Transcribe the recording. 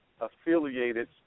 affiliated